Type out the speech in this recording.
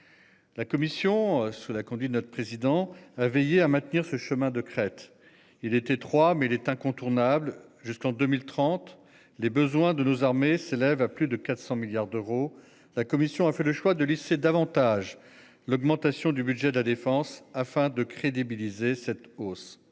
La commission sous la conduite notre président a veillé à maintenir ce chemin de crête. Il était trois mais il est incontournable jusqu'en 2030. Les besoins de nos armées s'élève à plus de 400 milliards d'euros. La Commission a fait le choix de laisser davantage l'augmentation du budget de la défense afin de crédibiliser cette hausse.